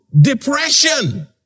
depression